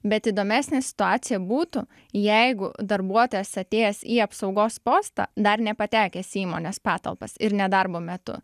bet įdomesnė situacija būtų jeigu darbuotojas atėjęs į apsaugos postą dar nepatekęs į įmonės patalpas ir ne darbo metu